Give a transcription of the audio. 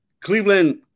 Cleveland